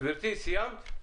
גברתי, סיימת?